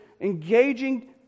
engaging